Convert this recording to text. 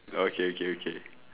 okay okay okay